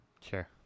Sure